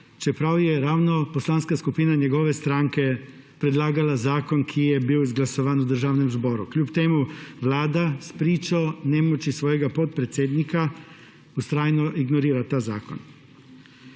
čeprav je ravno poslanska skupina njegove stranke predlagala zakon, ki je bil izglasovan v Državnem zboru. Kljub temu vlada spričo nemoči svojega podpredsednika vztrajno ignorira ta zakon.